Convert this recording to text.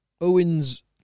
Owen's